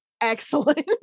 excellent